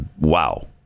wow